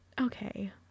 okay